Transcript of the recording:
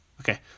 Okay